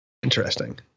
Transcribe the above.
Interesting